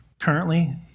currently